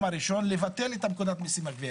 הראשון לבטל את פקודת המיסים (גבייה),